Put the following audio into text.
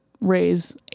raise